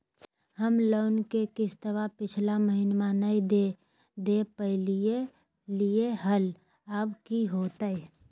हम लोन के किस्तवा पिछला महिनवा नई दे दे पई लिए लिए हल, अब की होतई?